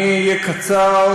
אני אהיה קצר,